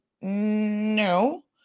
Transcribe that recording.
no